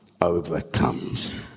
overcomes